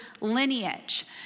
lineage